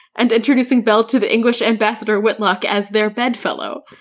and introducing belle to the english ambassador whitlock as their bedfellow.